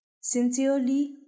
Sincerely